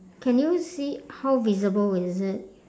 can you see how visible is it